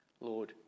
Lord